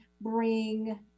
bring